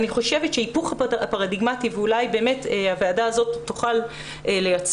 אני חושבת שההיפוך הפרדיגמטי שהוועדה הזאת אולי תוכל לייצר,